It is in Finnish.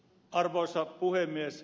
arvoisa puhemies